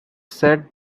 said